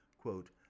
quote